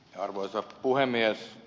arvoisa puhemies